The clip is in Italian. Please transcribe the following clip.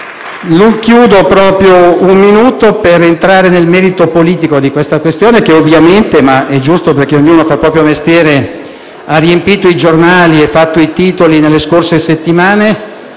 Chiedo solo un minuto per entrare nel merito politico di una questione che, ovviamente (ma è giusto perché ognuno fa il proprio mestiere) ha riempito i giornali e fatto i titoli nelle scorse settimane: